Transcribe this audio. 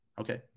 Okay